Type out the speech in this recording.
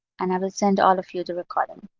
and i will send all of you the recording.